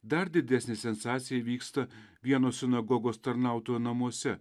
dar didesnė sensacija įvyksta vieno sinagogos tarnautojo namuose